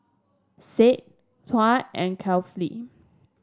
said Tuah and Kefli